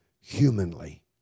humanly